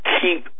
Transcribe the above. keep